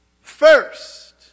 first